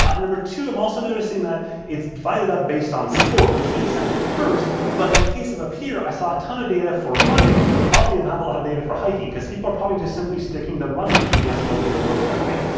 ah number two, i'm also noticing that it's divided up based on sport, which makes sense at first, but in the case of up here i saw a ton of data for running but ah oddly not a lot of data for hiking because people are probably just simply sticking to the run gps mode as opposed to hike.